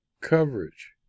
coverage